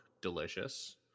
delicious